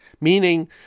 meaning